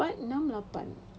dua empat enam lapan